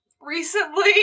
recently